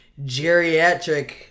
geriatric